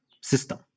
system